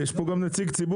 יש פה גם נציג ציבור,